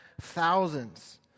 thousands